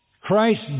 Christ